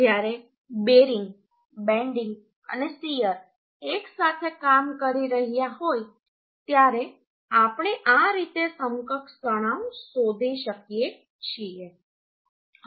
જ્યારે bearing bending અને shear એકસાથે કામ કરી રહ્યા હોય ત્યારે આપણે આ રીતે સમકક્ષ તણાવ શોધી શકીએ છીએ